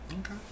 Okay